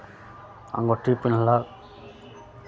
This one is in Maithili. अङ्गूठी पेन्हलक